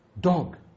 dog